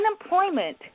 unemployment